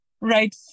right